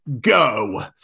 go